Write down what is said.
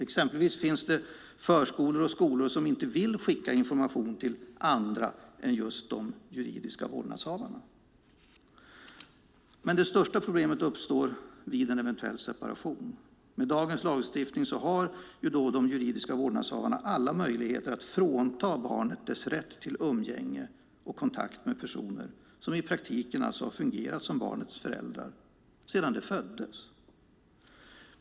Exempelvis finns det förskolor och skolor som inte vill skicka information till andra än just de juridiska vårdnadshavarna. Men de största problemen uppstår vid en eventuell separation. Med dagens lagstiftning har de juridiska vårdnadshavarna alla möjligheter att frånta barnet dess rätt till umgänge och kontakt med personer som i praktiken har fungerat som barnets föräldrar sedan barnet föddes.